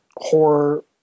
horror